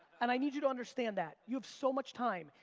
and i need you to understand that. you have so much time.